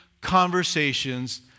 conversations